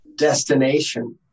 destination